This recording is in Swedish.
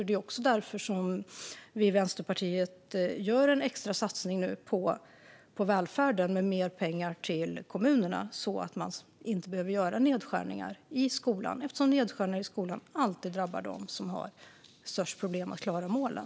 Det är också därför som vi i Vänsterpartiet nu gör en extra satsning på välfärden med mer pengar till kommunerna, så att de inte behöver göra nedskärningar i skolan. Nedskärningar i skolan drabbar alltid dem som har störst problem med att nå målen.